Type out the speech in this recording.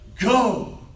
go